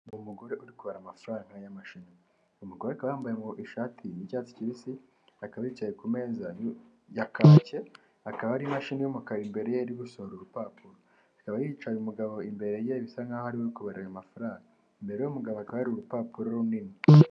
Hari umugore urikubara amafaranga y'amashinwa, uwo mugore akaba wambaye ngoishati y'icyatsi kibisi, akaba yicaye ku meza ya kake, hakaba hari imashini y'umukara imbere ye, iri gusohora urupapuro, hakaba hicaye umugabo imbere ye bisa nk'aho ari we ari kubarira ayo mafaranga, imbere y'umugabo hakaba hari urupapuro runini.